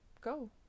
go